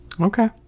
okay